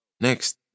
next